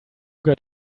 got